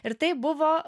ir tai buvo